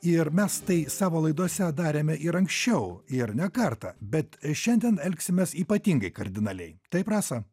ir mes tai savo laidose darėme ir anksčiau ir ne kartą bet šiandien elgsimės ypatingai kardinaliai taip rasa